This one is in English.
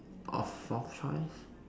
or fourth choice